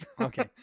Okay